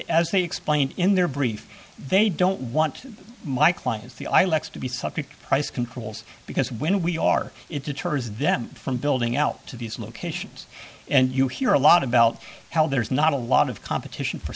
as they explained in their brief they don't want my clients the i lex to be subject price controls because when we are it deters them from building out to these locations and you hear a lot about how there's not a lot of competition for